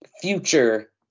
future